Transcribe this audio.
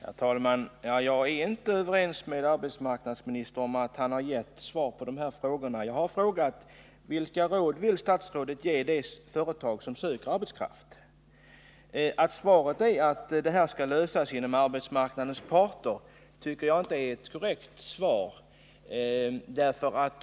Herr talman! Jag är inte överens med arbetsmarknadsministern om att han har gett svar på dessa frågor. Jag har frågat vilka råd statsrådet vill ge de företag som söker arbetskraft. Svaret, att detta skall lösas genom arbetsmarknadens parter, tycker jag inte är korrekt.